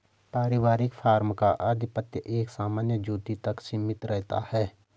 पारिवारिक फार्म का आधिपत्य एक सामान्य ज्योति तक सीमित रहता है